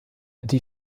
die